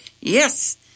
yes